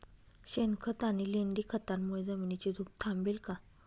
शेणखत आणि लेंडी खतांमुळे जमिनीची धूप थांबेल का?